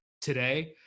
today